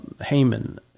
Haman